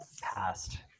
Passed